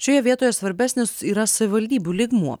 šioje vietoje svarbesnis yra savivaldybių lygmuo